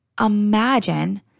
imagine